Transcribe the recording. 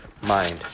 mind